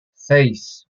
seis